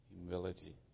humility